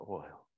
oil